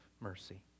mercy